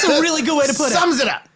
really good way to put it. sums it up,